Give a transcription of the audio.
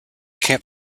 camp